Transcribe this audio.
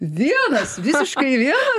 vienas visiškai vienas